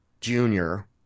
Junior